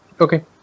Okay